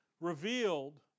revealed